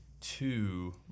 two